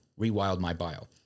rewildmybio